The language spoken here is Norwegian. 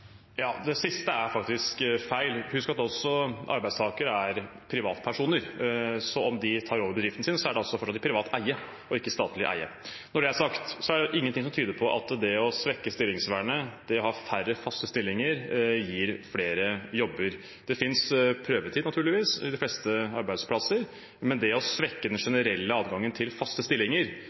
Det siste er faktisk feil. Husk at også arbeidstakere er privatpersoner, så dersom de tar over bedriften sin, er den fortsatt i privat eie, ikke i statlig eie. Når det er sagt, er det ingenting som tyder på at det å svekke stillingsvernet og det å ha færre faste stillinger gir flere jobber. Det finnes prøvetid, naturligvis, ved de fleste arbeidsplasser, men man har ingen empiri på at det å svekke den generelle adgangen til faste stillinger